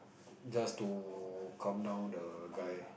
just to calm down the guy